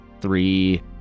three